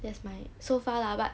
that's my so far lah but